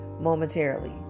momentarily